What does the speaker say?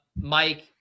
Mike